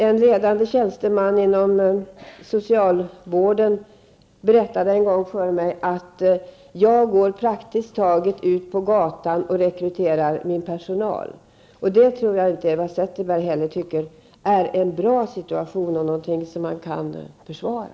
En ledande tjänsteman inom socialvården berättade en gång för mig: ''Jag går praktiskt taget ut på gatan och rekryterar min personal.'' Det tror jag inte heller Eva Zetterberg tycker är en bra situation och någonting som man kan försvara.